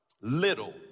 little